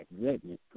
goodness